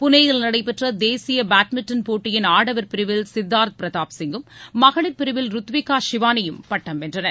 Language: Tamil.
புனேயில் நடைபெற்ற தேசிய பேட்மிண்ட்டன் போட்டியில் ஆடவர் பிரிவில் சித்தார்த்த பிரதாப் சிங்கும் மகளிர் பிரிவில் ருத்விகா சிவானியும் பட்டம் வென்றனர்